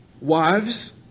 Wives